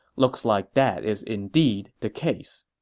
looks like that is indeed the case.